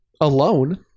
alone